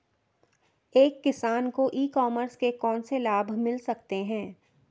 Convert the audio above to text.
एक किसान को ई कॉमर्स के कौनसे लाभ मिल सकते हैं?